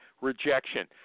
Rejection